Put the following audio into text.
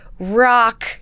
rock